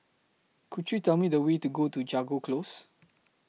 Could YOU Tell Me The Way to Go to Jago Close